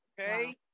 okay